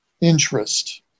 interest